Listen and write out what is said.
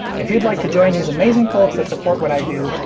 if you'd like to join these amazing folks that support what i do,